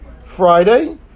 Friday